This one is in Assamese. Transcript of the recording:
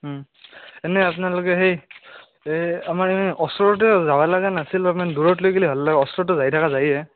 এনে আপোনালোকে সেই এই আমাৰ এই ওচৰতে যাব লগা নাছিল অলপমান দূৰত লৈ গ'লে ভাল হয় ওচৰতটো যাই থকা যায়েই